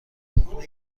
کهنه